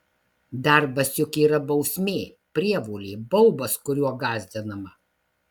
darbas juk yra bausmė prievolė baubas kuriuo gąsdinama